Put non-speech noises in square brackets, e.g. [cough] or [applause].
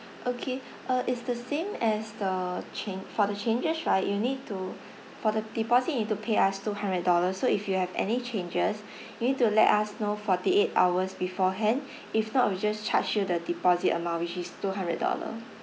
okay [breath] uh it's the same as the change for the changes right you need to [breath] for the deposit you need to pay us two hundred dollar so if you have any changes [breath] you need to let us know forty eight hours beforehand [breath] if not we'll just charge you the deposit amount which is two hundred dollar